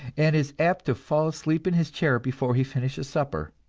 and is apt to fall asleep in his chair before he finishes supper.